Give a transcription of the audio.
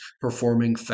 performing